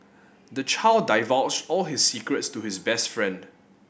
the child divulged all his secrets to his best friend